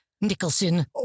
Nicholson